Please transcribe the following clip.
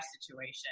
situation